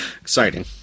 Exciting